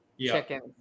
chickens